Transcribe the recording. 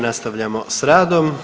nastavljamo s radom.